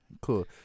Cool